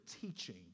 teaching